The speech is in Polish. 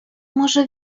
może